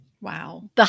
Wow